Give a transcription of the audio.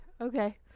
Okay